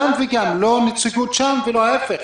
גם וגם, לא נציגות שם ולא ההיפך.